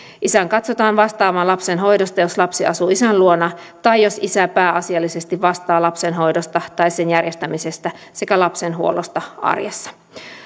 isän katsotaan vastaavan lapsen hoidosta jos lapsi asuu isän luona tai jos isä pääasiallisesti vastaa lapsen hoidosta tai sen järjestämisestä sekä lapsen huollosta arjessa